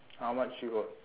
how much you got